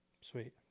sweet